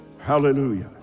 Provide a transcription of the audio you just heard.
Hallelujah